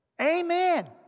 Amen